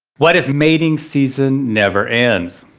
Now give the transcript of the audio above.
what if mating season never ends?